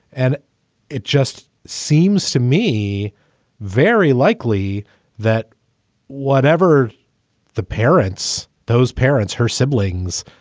and it just seems to me very likely that whatever the parents, those parents, her siblings,